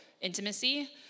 intimacy